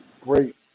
great